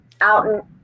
out